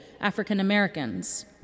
African-Americans